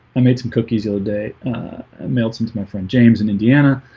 i made some cookies all day mailed some to my friend james in indiana.